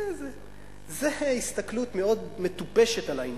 זו הסתכלות מאוד מטופשת על העניין.